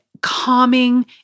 calming